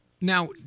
Now